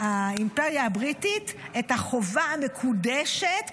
האימפריה הבריטית את החובה המוקדשת,